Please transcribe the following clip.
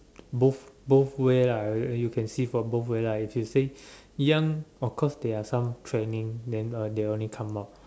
both both way lah uh you can see from both way lah you can see young of course they are some training then uh they only come out